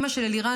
אימא של אלירן